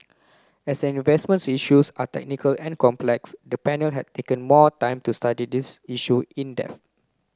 as an investment issues are technical and complex the panel has taken more time to study this issue in depth